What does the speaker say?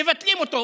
מבטלים אותו,